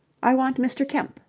i want mr. kemp,